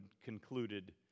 concluded